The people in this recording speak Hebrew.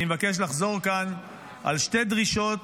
אני מבקש לחזור כאן על שתי דרישות